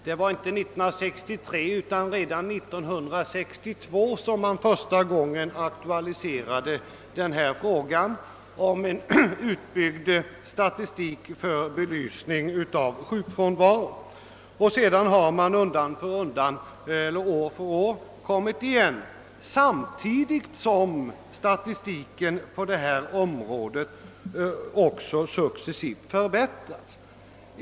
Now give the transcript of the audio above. Det var inte 1963 utan redan 1962 som man första gången aktualiserade förslaget om en utbyggd statistik för belysning av sjukfrånvaron, och sedan har man år efter år kommit igen samtidigt som statistiken på detta område successivt har förbättrats.